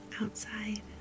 outside